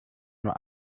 nur